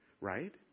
right